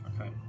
Okay